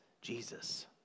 Jesus